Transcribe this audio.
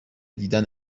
دیدن